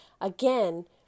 Again